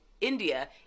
India